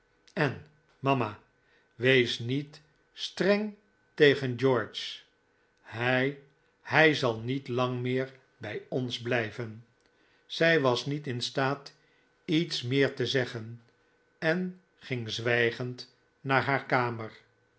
en mama wees niet streng tegen george hij hij zal niet lang meer bij ons blijven zij was niet in staat iets meer te zeggen en ging zwijgend naar haar kamer